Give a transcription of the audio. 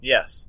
Yes